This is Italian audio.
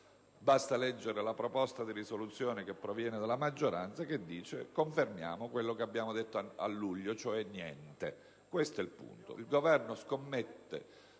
basta leggere la proposta di risoluzione che proviene dalla maggioranza, che è volta a confermare quello che è stato detto a luglio, cioè niente. Questo è il punto: il Governo scommette